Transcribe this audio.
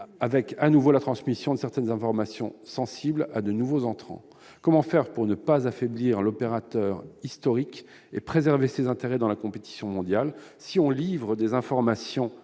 lieu à la transmission d'informations sensibles à de nouveaux entrants. Comment faire pour ne pas affaiblir l'opérateur historique et préserver ses intérêts dans la compétition mondiale, si l'on livre des informations